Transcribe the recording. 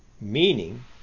meaning